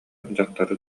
дьахтары